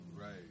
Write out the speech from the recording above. Right